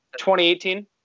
2018